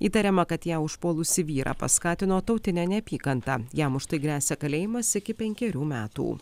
įtariama kad ją užpuolusį vyrą paskatino tautinė neapykanta jam už tai gresia kalėjimas iki penkerių metų